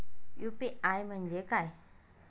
UPI म्हणजे काय?